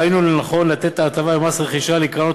ראינו לנכון לתת את ההטבה במס הרכישה לקרנות